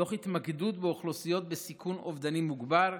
תוך התמקדות באוכלוסיות בסיכון אובדני מוגבר,